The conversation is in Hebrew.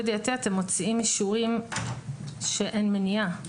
אתם מוציאים אישורים שאין מניעה.